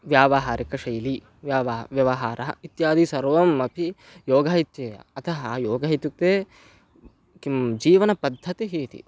व्यावहारिकशैली व्याव व्यवहारः इत्यादि सर्वम् अपि योगः इत्येव अतः योगः इत्युक्ते किं जीवनपद्धतिः इति